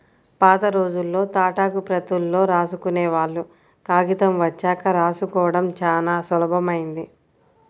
పాతరోజుల్లో తాటాకు ప్రతుల్లో రాసుకునేవాళ్ళు, కాగితం వచ్చాక రాసుకోడం చానా సులభమైంది